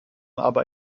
aber